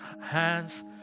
hands